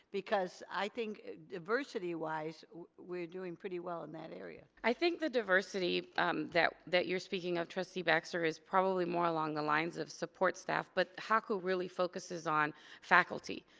because i think diversity wise we're doing pretty well in that area. i think the diversity um that that you're speaking of, trustee baxter, is probably more along the lines of support staff, but haku really focuses on faculty.